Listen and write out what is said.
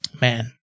man